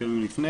יש ימים לפני.